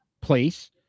place